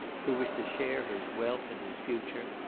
who was to share his wealth and his future,